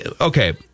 okay